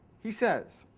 he says